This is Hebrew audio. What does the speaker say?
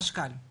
לחשכ"ל,